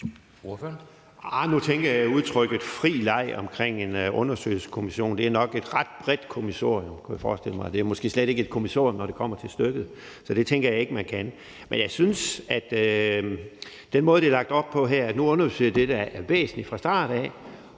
nu tænker jeg, at udtrykket fri leg om en undersøgelseskommission nok er et ret bredt kommissorium. Det er måske slet ikke et kommissorium, når det kommer til stykket. Så det tænker jeg ikke at man kan. Men jeg synes faktisk, at man kommer rigtig langt omkring med den måde, det er lagt op på her, hvor vi nu undersøger det, der er væsentligt fra start af,